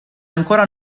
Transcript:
ancora